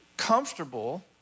comfortable